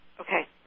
Okay